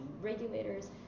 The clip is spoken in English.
regulators